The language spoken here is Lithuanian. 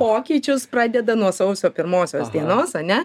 pokyčius pradeda nuo sausio pirmosios dienos ane